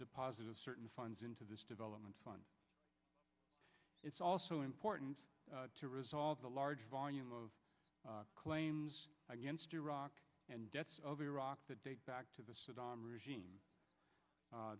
deposit of certain funds into this development fund it's also important to resolve the large volume of claims against iraq and debts of iraq that date back to the saddam regime